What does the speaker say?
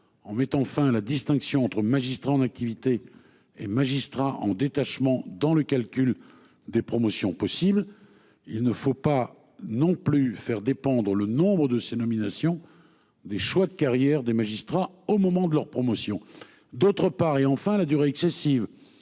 en mettant fin à la distinction entre magistrats en activité et magistrat en détachement dans le calcul des promotions possible. Il ne faut pas non plus faire dépendre le nombre de ces nominations des choix de carrière des magistrats au moment de leur promotion. D'autre part et enfin la durée excessive